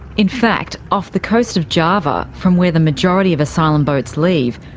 in fact, off the coast of java, from where the majority of asylum boats leave,